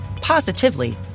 positively